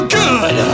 good